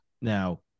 Now